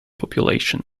population